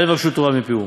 אל יבקשו תורה מפיהו.